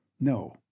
No